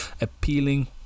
appealing